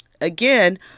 again